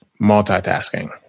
multitasking